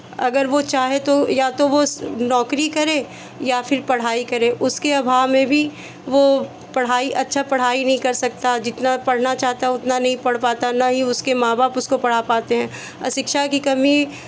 अगर वो चाहे तो या तो वो नौकरी करे या फिर पढ़ाई करे उसके अभाव में भी वो पढ़ाई अच्छा पढ़ाई नहीं कर सकता जितना पढ़ना चाहता है उतना नहीं पढ़ पाता ना ही उसके माँ बाप उसको पढ़ा पाते हैं अशिक्षा की कमी